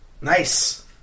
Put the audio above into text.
Nice